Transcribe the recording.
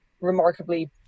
remarkably